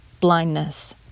blindness